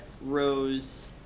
rose